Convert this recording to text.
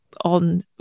on